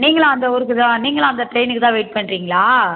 நீங்களும் அந்த ஊருக்கு தான் நீங்களும் அந்த ட்ரெய்னுக்கு தான் வெய்ட் பண்ணுறிங்ளா